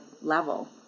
level